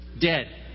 Dead